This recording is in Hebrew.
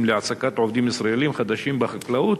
להעסקת עובדים ישראלים חדשים בחקלאות